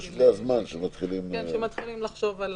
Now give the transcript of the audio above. זה הזמן שמתחילים --- לחשוב על